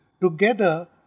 together